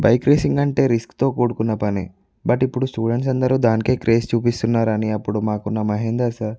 bike racing అంటే రిస్క్తో కూడుకున్న పని బట్ ఇప్పుడు స్టూడెంట్స్ అందరూ దానికి క్రేజ్ చూపిస్తున్నారని అప్పుడు మాకున్న మహేందర్ సార్